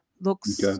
looks